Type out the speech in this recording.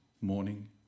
morning